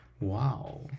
Wow